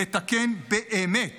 לתקן באמת